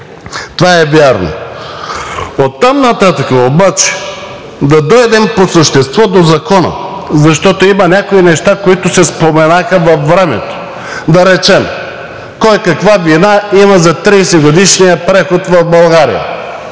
Това е вярно. Оттам нататък обаче да дойдем по същество до Закона, защото има някои неща, които се споменаха във времето. Да речем, кой каква вина има за 30-годишния преход в България.